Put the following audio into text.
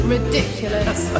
Ridiculous